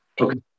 okay